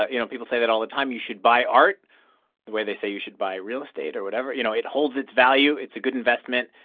ah you know, people say that all the time. you should buy art the way they say you should buy real estate or whatever. you know, it holds its value. it's a good investment.